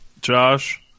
Josh